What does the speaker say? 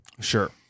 sure